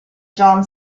john